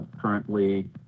currently